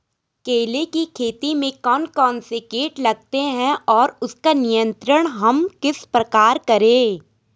केले की खेती में कौन कौन से कीट लगते हैं और उसका नियंत्रण हम किस प्रकार करें?